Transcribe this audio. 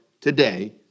today